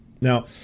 Now